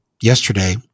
yesterday